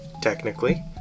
technically